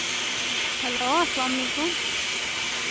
hello اَسلام علیکُم